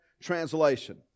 translation